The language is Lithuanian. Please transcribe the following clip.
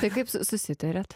tai kaip susitariat